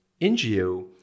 NGO